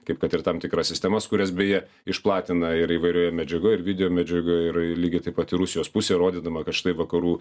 kaip kad ir tam tikras sistemas kurias beje išplatina ir įvairioje medžiagoj ir video medžiagoj ir lygiai taip pat ir rusijos pusė rodydama kad štai vakarų